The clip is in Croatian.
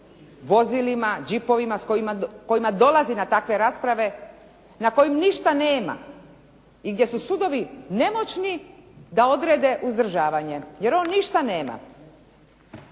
vozilima, džipovima s kojima dolazi na takve rasprave na kojima ništa nema i gdje su sudovi nemoćni da odrede uzdržavanje jer on ništa nema.